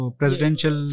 presidential